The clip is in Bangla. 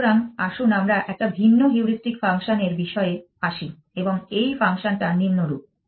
সুতরাং আসুন আমরা একটা ভিন্ন হিউরিস্টিক ফাংশন এর বিষয়ে আসি এবং এই ফাংশন টা নিম্নরূপ